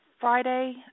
Friday